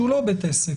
שהוא לא בית עסק,